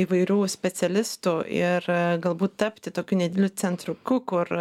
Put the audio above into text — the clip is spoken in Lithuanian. įvairių specialistų ir galbūt tapti tokiu nedideliu centriuku kur